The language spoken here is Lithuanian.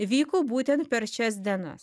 įvyko būtent per šias dienas